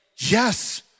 yes